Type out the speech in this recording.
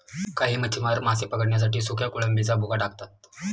काही मच्छीमार मासे पकडण्यासाठी सुक्या कोळंबीचा भुगा टाकतात